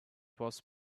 was